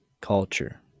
culture